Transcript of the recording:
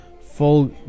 full